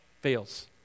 fails